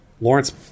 Lawrence